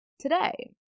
today